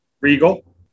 regal